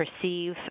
perceive